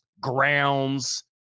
grounds